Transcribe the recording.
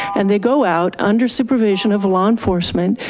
and they go out under supervision of law enforcement,